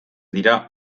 dira